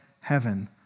heaven